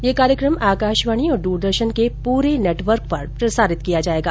यह कार्यक्रम आकाशवाणी और दूरदर्शन के पूरे नेटवर्क पर प्रसारित किया जाएगा